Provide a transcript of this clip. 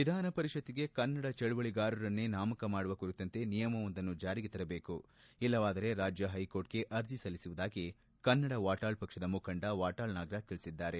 ವಿಧಾನ ಪರಿಷತ್ತಿಗೆ ಕನ್ನಡ ಚಳುವಳಿಗಾರರನ್ನೇ ನಾಮಕರಣ ಮಾಡುವ ಕುರಿತಂತೆ ನಿಯಮವೊಂದನ್ನು ಜಾರಿ ತರಬೇಕು ಇಲ್ಲವಾದರೆ ರಾಜ್ಯ ಹೈಕೋರ್ಟ್ಗೆ ಮನವಿ ಅರ್ಜಿ ಸಲ್ಲಿಸುವುದಾಗಿ ಕನ್ನಡ ವಾಟಾಳ್ ಪಕ್ಷದ ಮುಖಂಡ ವಾಟಾಳ್ ನಾಗರಾಜ್ ತಿಳಿಸಿದ್ದಾರೆ